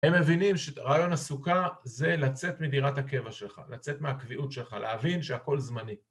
הם מבינים שרעיון הסוכה זה לצאת מדירת הקבע שלך, לצאת מהקביעות שלך, להבין שהכל זמני